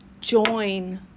Join